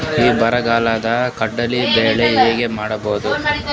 ಈ ಬರಗಾಲದಾಗ ಕಡಲಿ ಬೆಳಿ ಹೆಂಗ ಮಾಡೊದು?